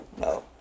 No